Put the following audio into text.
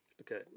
Okay